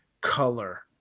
color